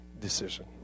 decision